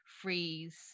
freeze